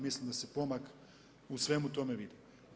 Mislim da se pomak u svemu tome vidi.